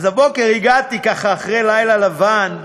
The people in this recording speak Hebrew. הבוקר הגעתי, ככה, אחרי לילה לבן,